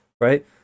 right